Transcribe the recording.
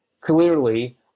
clearly